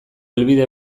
helbide